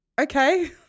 Okay